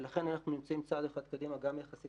ולכן אנחנו נמצאים צעד אחד קדימה גם יחסית